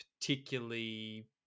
particularly